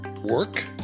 Work